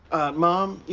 mom, yeah